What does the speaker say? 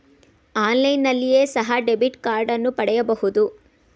ಆನ್ಲೈನ್ನಲ್ಲಿಯೋ ಸಹ ಡೆಬಿಟ್ ಕಾರ್ಡನ್ನು ಪಡೆಯಬಹುದು